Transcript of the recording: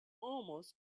almost